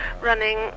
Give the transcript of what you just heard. running